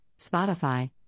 Spotify